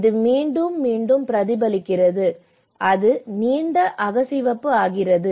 இது மீண்டும் மீண்டும் பிரதிபலிக்கிறது அது நீண்ட அகச்சிவப்பு ஆகிறது